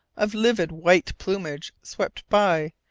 of livid white plumage, swept by,